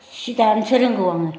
सि दानोसो रोंगौ आङो